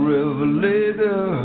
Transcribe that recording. Revelator